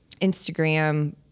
Instagram